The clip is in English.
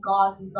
God's